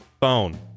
phone